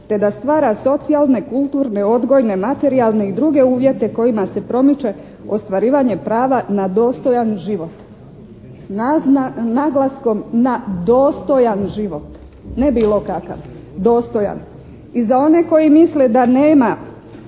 te da stvara socijalne, kulturne, odgojne, materijalne i druge uvjete kojima se promiče ostvarivanje prava na dostojan život. S naglaskom na dostojan život, ne bilo kakav. Dostojan. I za one koji misle da nema